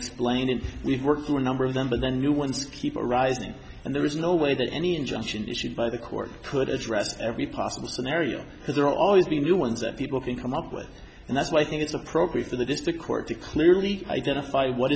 explained and we've worked through a number of them but the new ones keep arising and there is no way that any injunction issued by the court could as rest every possible scenario because there always be new ones that people can come up with and that's why i think it's appropriate for the district court to clearly identify what